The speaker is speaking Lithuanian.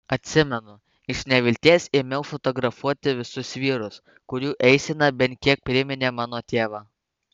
atsimenu iš nevilties ėmiau fotografuoti visus vyrus kurių eisena bent kiek priminė mano tėvą